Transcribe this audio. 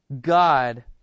God